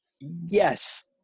Yes